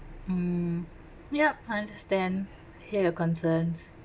mm yup I understand hear your concerns